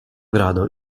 grado